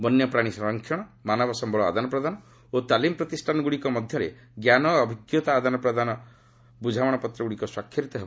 ବନ୍ୟପ୍ରାଣୀ ସଂରକ୍ଷଣ ମାନବ ସମ୍ଭଳ ଆଦାନ ପ୍ରଦାନ ଓ ତାଲିମ୍ ପ୍ରତିଷ୍ଠାନଗୁଡ଼ଇକ ମଧ୍ୟରେ ଜ୍ଞାନ ଓ ଅଭିଜ୍ଞତା ଆଦାନ ପ୍ରଦାନ ଆଦି କ୍ଷେତ୍ରରେ ବୃଝାମଣା ପତ୍ରଗୁଡ଼ିକ ସ୍ୱାକ୍ଷରିତ ହେବ